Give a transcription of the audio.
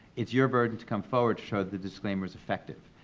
it's your burden to come forward to show the disclaimer's effective.